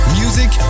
music